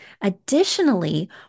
Additionally